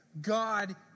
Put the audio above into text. God